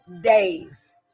days